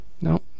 No